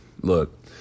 look